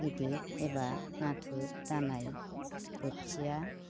गिदिर एबा नाथुर दानाय बोथिया